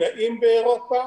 נעים באירופה,